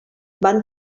van